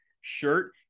shirt